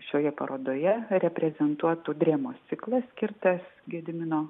šioje parodoje reprezentuotų drėmos ciklas skirtas gedimino